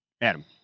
Adam